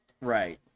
Right